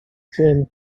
came